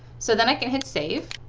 so then i can hit save.